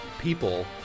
people